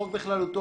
החוק בכללותו,